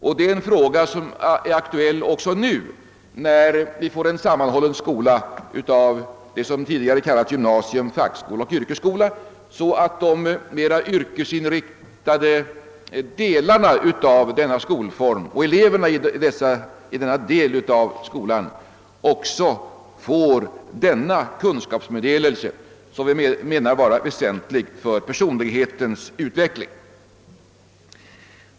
Detta är en fråga som är aktuell också nu, när vi får en sammanhållen skola av vad som tidigare kallats gymnasium, fackskola och yrkesskola, så att även eleverna i de mera yrkesinriktade delarna av denna skolform erhåller denna kunskapsmeddelelse, som vi anser vara väsentlig för personlighetens utveckling.